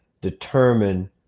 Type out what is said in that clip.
determine